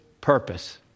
purpose